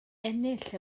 ennill